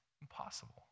impossible